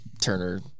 Turner